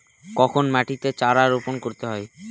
কখন মাটিতে চারা রোপণ করতে হয়?